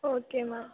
okay ma'am